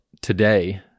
today